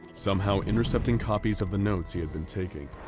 somehow intercepting copies of the notes he had been taking.